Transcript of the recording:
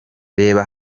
reba